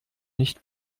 nicht